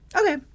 Okay